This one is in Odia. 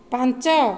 ପାଞ୍ଚ